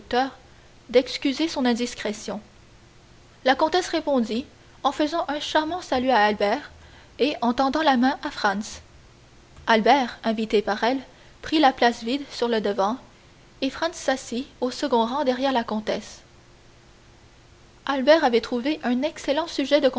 d'excuser son indiscrétion la comtesse répondit en faisant un charmant salut à albert et en tendant la main à franz albert invité par elle prit la place vide sur le devant et franz s'assit au second rang derrière la comtesse albert avait trouvé un excellent sujet de